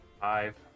Five